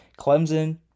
Clemson